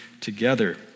together